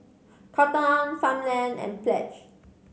Cotton On Farmland and Pledge